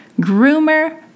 groomer